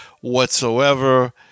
whatsoever